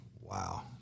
Wow